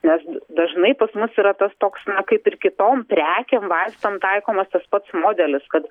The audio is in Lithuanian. nes dažnai pas mus yra tas toks kaip ir kitom prekėm vaistam taikomas tas pats modelis kad